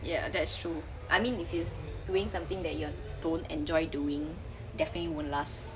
ya that's true I mean if it's doing something that you don't enjoy doing definitely won't last